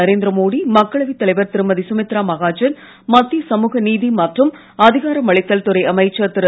நரேந்திரமோடி மக்களவை தலைவர் திருமதி சுமித்ரா மகாஜன் மத்திய சமூக நீதி மற்றும் அதிகாரமளித்தல் துறை அமைச்சர் திரு